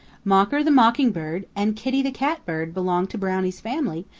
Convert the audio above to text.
mocker the mockingbird and kitty the catbird belong to brownie's family,